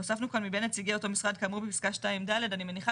מבין נציגי אותו משרד כאור בפסקה (2)(ד)"; אני מניחה